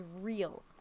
real